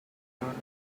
darling